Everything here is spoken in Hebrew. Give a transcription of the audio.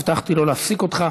הבטחתי לא להפסיק אותך.